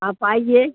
आप आइए